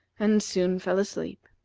and soon fell asleep.